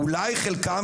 אולי חלקם,